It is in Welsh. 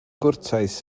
gwrtais